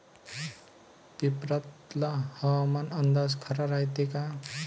पेपरातला हवामान अंदाज खरा रायते का?